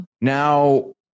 Now